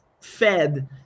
fed